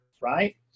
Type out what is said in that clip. Right